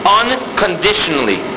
unconditionally